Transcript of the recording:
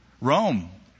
Rome